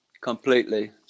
completely